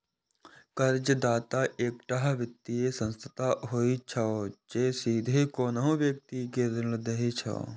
कर्जदाता एकटा वित्तीय संस्था होइ छै, जे सीधे कोनो व्यक्ति कें ऋण दै छै